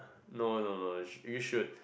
no no no no you should